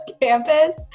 campus